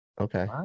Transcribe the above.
Okay